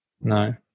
no